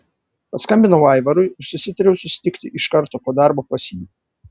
paskambinau aivarui ir susitariau susitikti iš karto po darbo pas jį